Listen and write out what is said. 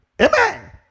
Amen